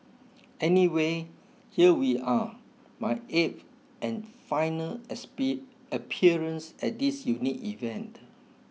anyway here we are my eighth and final appearance at this unique event